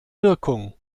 wirkung